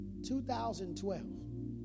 2012